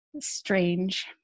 strange